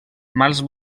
mals